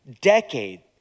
decade